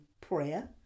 prayer